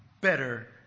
better